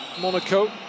Monaco